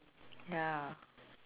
ya